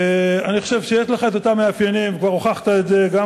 חברות וחברי הכנסת, קודם